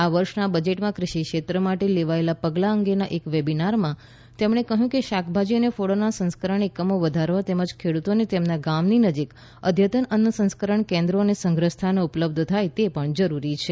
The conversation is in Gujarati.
આ વર્ષના બજેટમાં કૃષિ ક્ષેત્ર માટે લેવાયેલા પગલા અંગેના એક વેબિનારમાં તેમણે કહ્યું કે શાકભાજી અને ફળોના સંસ્કરણ એકમો વધારવા તેમજ ખેડૂતોને તેમના ગામની નજીક અદ્યતન અન્ન સંસ્કરણ કેન્દ્રો અને સંગ્રહ સ્થાનો ઉપલબ્ધ થાય તે પણ જરૂરી છે